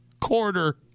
quarter